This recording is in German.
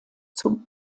zum